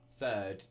third